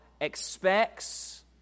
expects